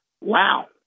wow